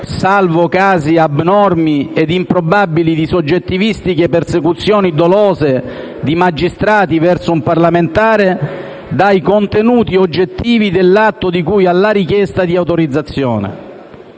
salvo casi abnormi e improbabili di soggettivistiche persecuzioni "dolose" di magistrati verso un parlamentare - dai contenuti oggettivi dell'atto di cui alla richiesta di autorizzazione.